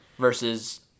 versus